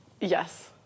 Yes